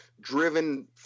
driven